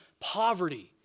poverty